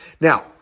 Now